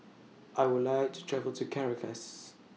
I Would like to travel to Caracas